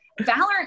Valorant